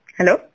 Hello